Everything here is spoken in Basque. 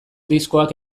diskoak